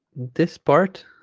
this part